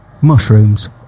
Mushrooms